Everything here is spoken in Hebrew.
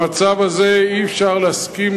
במצב הזה אי-אפשר לאשר,